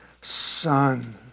son